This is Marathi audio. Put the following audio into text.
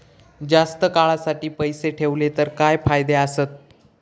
जास्त काळासाठी पैसे ठेवले तर काय फायदे आसत?